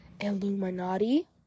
illuminati